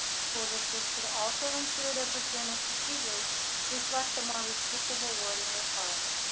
school districts should also ensure their procurement procedures reflect the more restrictive awarding requirements